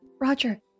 Roger